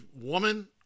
woman